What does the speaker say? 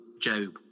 Job